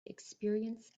experience